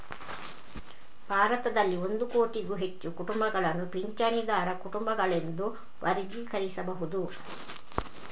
ಭಾರತದಲ್ಲಿ ಒಂದು ಕೋಟಿಗೂ ಹೆಚ್ಚು ಕುಟುಂಬಗಳನ್ನು ಪಿಂಚಣಿದಾರ ಕುಟುಂಬಗಳೆಂದು ವರ್ಗೀಕರಿಸಬಹುದು